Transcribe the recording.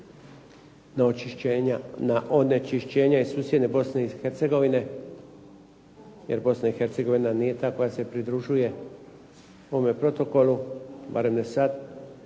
da onečišćenja iz susjedne Bosne i Hercegovine, jer Bosna i Hercegovina nije ta koja se pridružuje ovom protokolu barem ne sada.